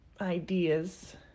ideas